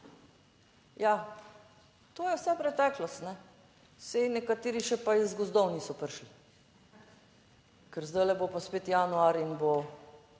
Ja, to je vse preteklost. Saj nekateri še pa iz gozdov niso prišli, ker zdaj bo pa spet januar in bo